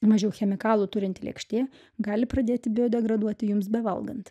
mažiau chemikalų turinti lėkštė gali pradėti biodegraduoti jums bevalgant